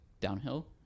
downhill